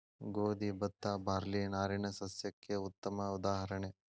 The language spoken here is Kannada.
ಗೋದಿ ಬತ್ತಾ ಬಾರ್ಲಿ ನಾರಿನ ಸಸ್ಯಕ್ಕೆ ಉತ್ತಮ ಉದಾಹರಣೆ